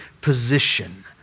position